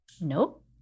Nope